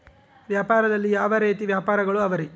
ವ್ಯಾಪಾರದಲ್ಲಿ ಯಾವ ರೇತಿ ವ್ಯಾಪಾರಗಳು ಅವರಿ?